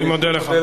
אני מודה לך,